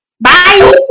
Bye